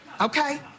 okay